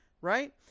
Right